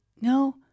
no